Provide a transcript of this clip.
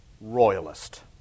royalist